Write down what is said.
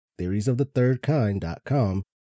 theoriesofthethirdkind.com